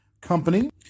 Company